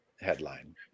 headline